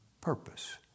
purpose